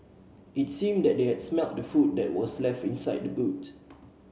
it seemed that they had smelt the food that were left in side boot